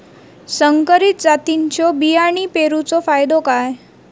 संकरित जातींच्यो बियाणी पेरूचो फायदो काय?